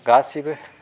गासिबो